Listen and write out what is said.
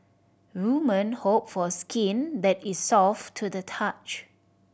woman hope for skin that is soft to the touch